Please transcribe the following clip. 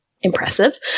impressive